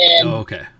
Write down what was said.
Okay